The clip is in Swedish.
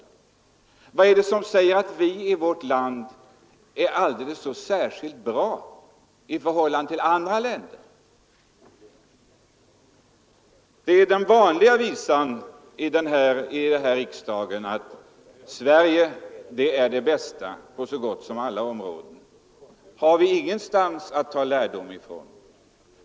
Vad är det som säger att vi i vårt land är så bra i jämförelse med andra länder? Det är den vanliga visan här i riksdagen, att Sverige är bäst på så gott som alla områden. Har vi ingenting att lära från något annat land?